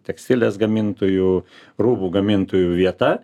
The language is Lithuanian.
tekstilės gamintojų rūbų gamintojų vieta